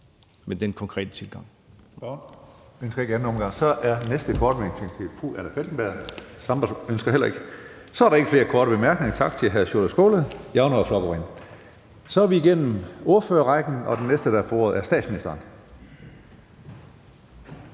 med den konkrete tilgang